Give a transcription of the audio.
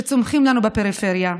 שצומחים לנו בפריפריה.